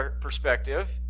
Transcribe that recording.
perspective